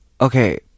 Okay